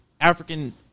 african